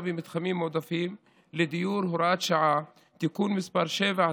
במתחמים מועדפים לדיור (הוראת שעה) (תיקון מס' 7),